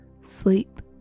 Sleep